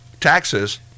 Taxes